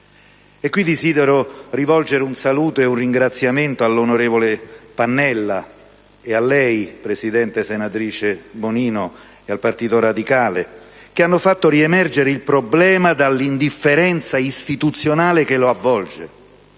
Qui desidero rivolgere un saluto e un ringraziamento all'onorevole Pannella, a lei, presidente Bonino, e al Partito Radicale per aver fatto riemergere il problema dall'indifferenza istituzionale che lo avvolge.